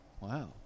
Wow